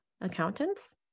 accountants